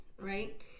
right